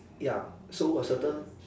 ya so a certain